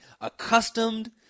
accustomed